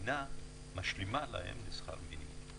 שהמדינה משלימה להם לשכר מינימום.